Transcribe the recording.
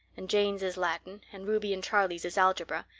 and jane's is latin, and ruby and charlie's is algebra,